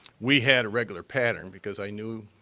we had a regular pattern, because i knew